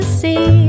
see